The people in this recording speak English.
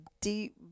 deep